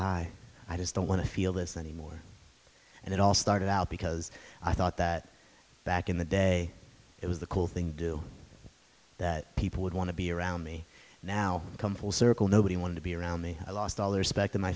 high i just don't want to feel this anymore and it all started out because i thought that back in the day it was the cool thing to do that people would want to be around me now come full circle nobody wanted to be around me i lost all the